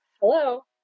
Hello